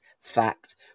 fact